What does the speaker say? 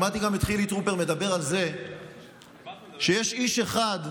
שמעתי גם את חילי טרופר מדבר על זה שיש איש אחד,